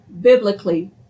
biblically